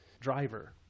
driver